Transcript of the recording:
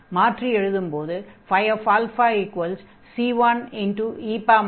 மாற்றி எழுதும்போது c1e 24 என்று ஆகும்